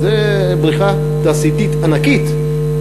זה בריכה תעשייתית ענקית,